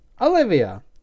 Olivia